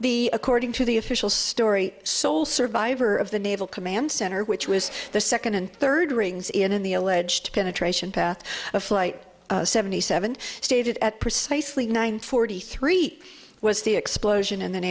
the according to the official story sole survivor of the naval command center which was the second and third rings in the alleged penetration path of flight seventy seven stated at precisely nine forty three was the explosion and the